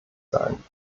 sein